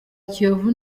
kiyovu